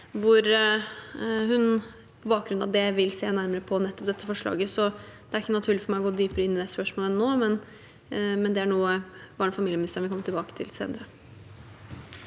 og på bakgrunn av den vil se nærmere på nettopp dette forslaget. Det er ikke naturlig for meg å gå dypere inn i dette spørsmålet nå, men det er noe barne- og familieministeren vil komme tilbake til senere.